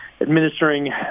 administering